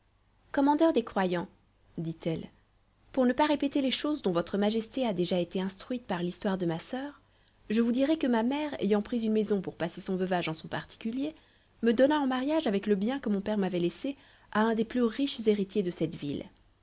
commandeur des croyants dit-elle pour ne pas répéter les choses dont votre majesté a déjà été instruite par l'histoire de ma soeur je vous dirai que ma mère ayant pris une maison pour passer son veuvage en son particulier me donna en mariage avec le bien que mon père m'avait laissé à un des plus riches héritiers de cette ville